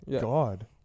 god